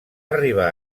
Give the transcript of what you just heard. arribar